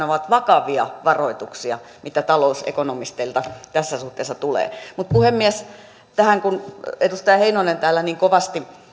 ovat vakavia varoituksia mitä talousekonomisteilta tässä suhteessa tulee puhemies mutta tähän kun edustaja heinonen täällä niin kovasti